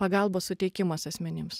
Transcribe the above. pagalbos suteikimas asmenims